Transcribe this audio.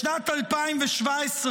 בשנת 2017,